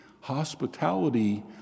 hospitality